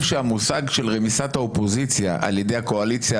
שהמושג רמיסת האופוזיציה על ידי הקואליציה,